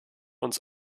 uns